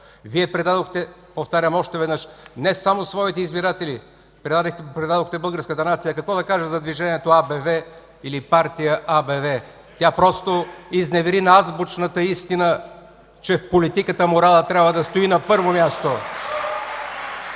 Вие продадохте не само своите избиратели, предадохте българската нация. Какво да кажа за движението АБВ или партията АБВ?! Тя просто изневери на азбучната истина, че в политиката моралът трябва да стои на първо място.